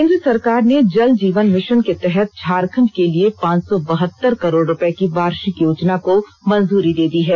केंद्र सरकार ने जल जीवन मिशन के तहत झारखंड के लिए पांच सौ बहतर करोड़ रुपए की वार्षिक योजना को मंजूरी दे दी है